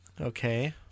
Okay